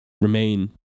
remain